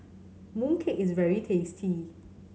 mooncake is very tasty